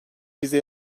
bize